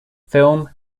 film